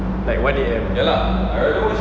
like one A_M